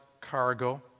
cargo